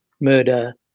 murder